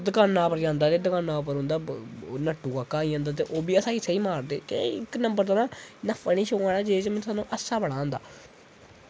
दुकानै उप्पर जंदा ते दुकानै उप्पर उंदा लट्टु काका आई जंदे ओह्बी असेंगी सेही मारदे इत्थें नंबर जेह्ड़े ना लफ्पड़ बी छुड़ेआ जेह्दे च तुसेंगी हस्सा बड़ा आंदा